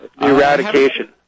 eradication